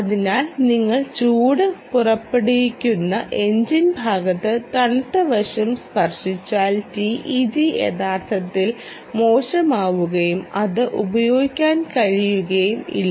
അതിനാൽ നിങ്ങൾ ചൂട് പുറപ്പെടുവിക്കുന്ന എഞ്ചിൻ ഭാഗത്ത് തണുത്ത വശം സ്പർശിച്ചാൽ TEG യഥാർത്ഥത്തിൽ മോശമാവുകയും അത് ഉപയോഗിക്കാൻ കഴിയുകയും ഇല്ല